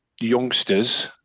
youngsters